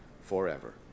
forever